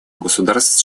государств